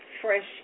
fresh